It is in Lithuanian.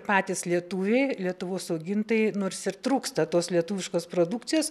patys lietuviai lietuvos augintojai nors ir trūksta tos lietuviškos produkcijos